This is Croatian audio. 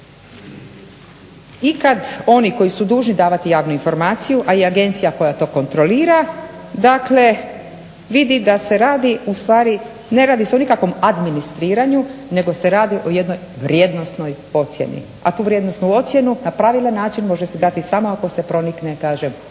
I kad oni koji su dužni davati javnu informaciju, a i Agencija koja to kontrolira dakle, vidi da se radi u stvari, ne radi se o nikakvom administriranju nego se radi o jednoj vrijednosnoj ocjeni, a tu vrijednosnu ocjenu na pravilan način može se dati samo ako se pronikne kažem